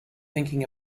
thinking